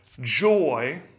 Joy